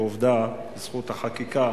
ועובדה, בזכות החקיקה